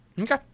Okay